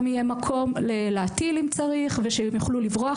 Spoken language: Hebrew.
יהיה מקום להטיל אם צריך ושהחלשות יוכלו לברוח.